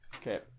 Okay